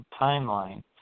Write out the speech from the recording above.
timeline